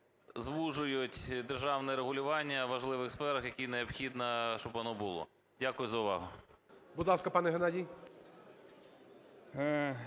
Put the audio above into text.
Дякую за увагу.